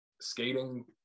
skating